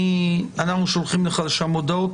אנחנו שולחים לך לשם הודעות.